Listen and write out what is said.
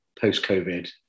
post-COVID